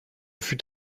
fut